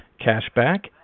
cashback